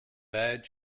bad